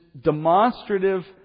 demonstrative